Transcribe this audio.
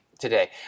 today